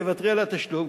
תוותרי על התשלום,